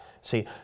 See